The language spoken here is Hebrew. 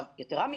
יתרה מזאת,